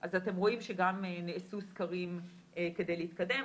אז אתם רואים שגם נעשו סקרים כדי להתקדם,